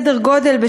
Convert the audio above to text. סדר גודל,